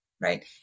right